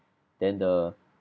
then the